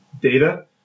data